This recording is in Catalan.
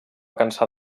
cansar